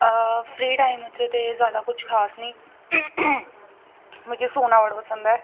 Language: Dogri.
आ फ्री टाइम च ते जादा कुछ खास निं मिगी सोना बड़ा पसंद ऐ